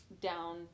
down